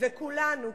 וכולנו,